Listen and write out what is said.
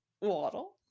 waddle